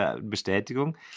Bestätigung